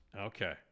Okay